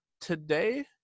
today